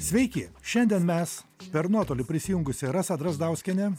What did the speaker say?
sveiki šiandien mes per nuotolį prisijungusi rasa drazdauskienė